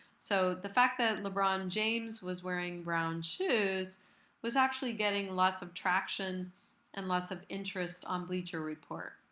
so the fact that lebron james was wearing brown shoes was actually getting lots of traction and lots of interest on bleacher report.